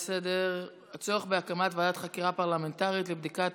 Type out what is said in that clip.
הצורך בהקמת ועדת חקירה פרלמנטרית לבדיקת